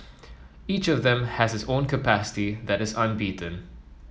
each of them has his own capacity that is unbeaten